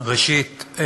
ראשית,